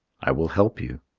i will help you.